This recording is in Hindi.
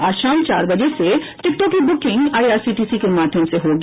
आज शाम चार बजे से टिकटों की बुकिंग आइआरसीटीसी के माध्यम से होगी